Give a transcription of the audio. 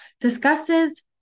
discusses